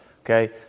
Okay